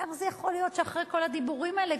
איך זה יכול להיות שאחרי כל הדיבורים האלה,